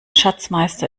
schatzmeister